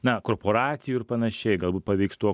na korporacijų ir panašiai galbūt paveiks tuo